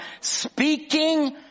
Speaking